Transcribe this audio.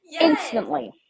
Instantly